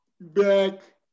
back